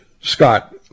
Scott